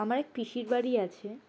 আমার এক পিসির বাড়ি আছে